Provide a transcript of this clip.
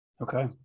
Okay